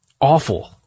awful